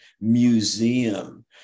museum